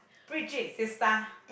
preach it sistah